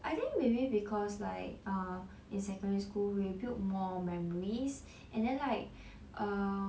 I think maybe because like err in secondary school we build more memories and then like err